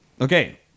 Okay